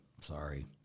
sorry